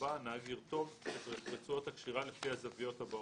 הנהג ירתום את רצועות הקשירה לפי הזוויות הבאות: